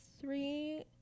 three